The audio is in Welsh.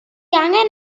angen